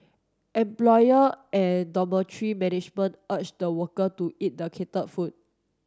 employer and dormitory management urge the worker to eat the catered food